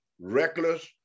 reckless